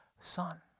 Son